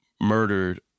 murdered